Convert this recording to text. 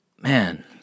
man